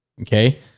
okay